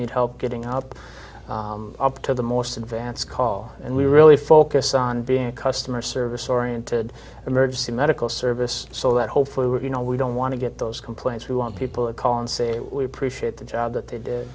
need help getting out up to the most advance call and we really focus on being a customer service oriented emergency medical service so that hopefully we're you know we don't want to get those complaints we want people to call and say we appreciate the job that they d